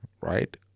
right